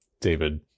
David